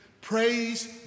Praise